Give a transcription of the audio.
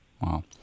Wow